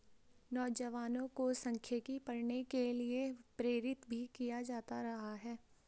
नौजवानों को सांख्यिकी पढ़ने के लिये प्रेरित भी किया जाता रहा है